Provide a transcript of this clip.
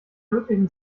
möglichen